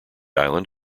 island